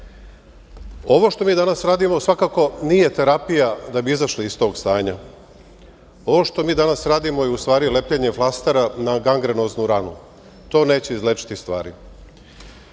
što mi danas radimo svakako nije terapija da bi izašli iz tog stanja. Ovo što mi danas radimo je u stvari, lepljenje flastera na gangrenoznu ranu. To neće izlečiti stvari.